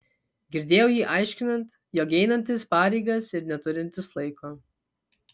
girdėjau jį aiškinant jog einantis pareigas ir neturintis laiko